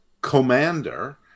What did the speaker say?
commander